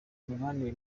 mibanire